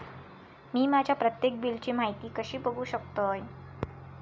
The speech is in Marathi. मी माझ्या प्रत्येक बिलची माहिती कशी बघू शकतय?